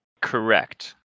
Correct